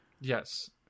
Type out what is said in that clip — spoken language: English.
yes